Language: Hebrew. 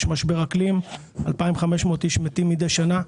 יש משבר אקלים, 2,500 איש מתים מדי שנה.